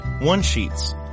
one-sheets